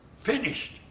Finished